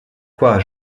quoi